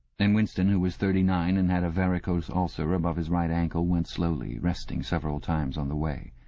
and winston, who was thirty-nine and had a varicose ulcer above his right ankle, went slowly, resting several times on the way.